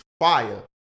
fire